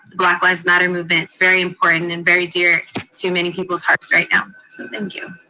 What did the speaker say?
black lives matter movement. it's very important and very dear to many people's hearts right now. so thank you.